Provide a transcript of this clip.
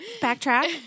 backtrack